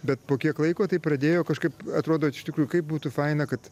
bet po kiek laiko tai pradėjo kažkaip atrodo iš tikrųjų kaip būtų faina kad